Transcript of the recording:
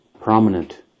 prominent